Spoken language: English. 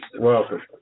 Welcome